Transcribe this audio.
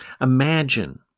Imagine